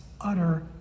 utter